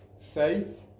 faith